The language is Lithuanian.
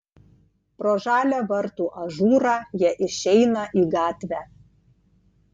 pro žalią vartų ažūrą jie išeina į gatvę